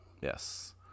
Yes